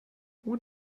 what